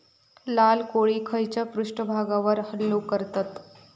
लाल कोळी खैच्या पृष्ठभागावर हल्लो करतत?